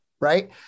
right